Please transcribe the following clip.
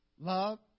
love